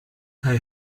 hij